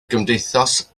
gymdeithas